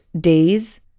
days